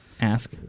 Ask